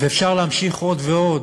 ואפשר להמשיך עוד ועוד.